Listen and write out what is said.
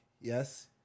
yes